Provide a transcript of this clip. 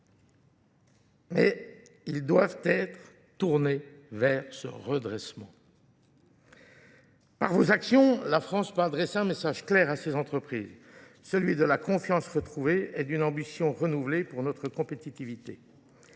Mais ils doivent être tournés vers ce redressement. Par vos actions, la France peut adresser un message clair à ces entreprises. Celui de la confiance retrouvée est d'une ambition renouvelée pour notre compétitivité.